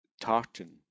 tartan